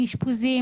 אשפוזים,